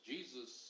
Jesus